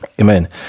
Amen